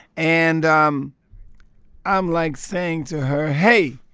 and um i'm like saying to her, hey,